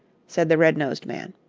said the red-nosed man.